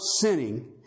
sinning